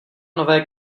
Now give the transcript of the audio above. nové